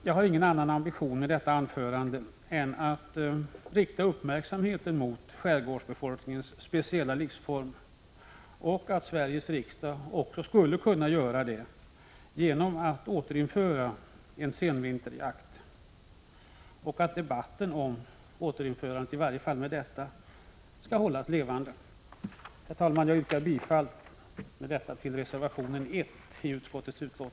Jag har ingen annan ambition med detta anförande än att rikta Sveriges riksdags uppmärksamhet mot skärgårdsbefolkningens speciella livsförhållanden och att hålla frågan om återinförande av senvinterjakt levande i debatten. Jag yrkar bifall till reservation nr 1.